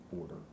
order